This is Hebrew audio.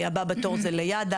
הבא בתור זה ליד"ה,